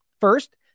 First